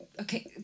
okay